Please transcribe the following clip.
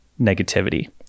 negativity